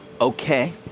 Okay